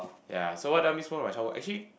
yea so what does miss from my childhood actually